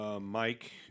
Mike